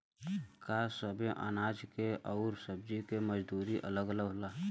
का सबे अनाज के अउर सब्ज़ी के मजदूरी अलग अलग होला?